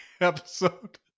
episode